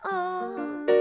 on